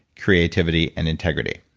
creativity and integrity.